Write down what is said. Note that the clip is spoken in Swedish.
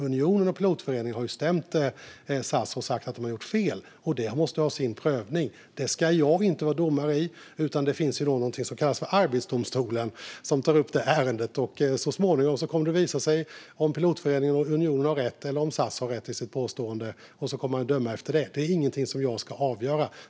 Unionen och Svensk Pilotförening har stämt SAS och sagt att de har gjort fel. Och det måste ha sin prövning. I den prövningen ska jag inte vara domare, utan det är Arbetsdomstolen som tar upp ärendet. Så småningom kommer det att visa sig om Svensk Pilotförening och Unionen har rätt eller om SAS har rätt i sitt påstående, och sedan kommer domstolen att döma efter det. Det är ingenting som jag ska avgöra.